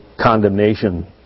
condemnation